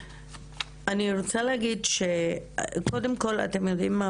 אני רוצה להגיד שקודם כל, אתם יודעים מה?